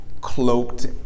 cloaked